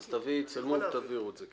אז צלמו ותעבירו את זה.